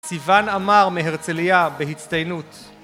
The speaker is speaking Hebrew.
סיוון אמר מהרצליה בהצטיינות